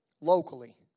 locally